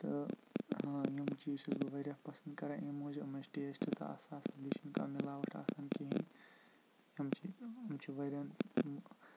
تہٕ یِم چیٖز چھُس بہٕ واریاہ پَسنٛد کَران اَمہِ موٗجوٗب أمِس چھِ ٹیسٹ تہٕ آسان اَصٕل بیٚیہِ چھُنہٕ کانٛہہ مِلاوٹ آسان کِہیٖنۍ یِم چھِ یِم چھِ واریاہَن